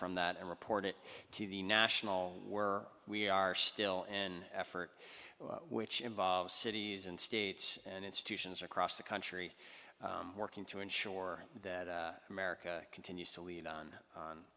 from that and report it to the national were we are still an effort which involves cities and states and institutions across the country working to ensure that america continues to lead on